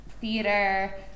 theater